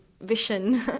vision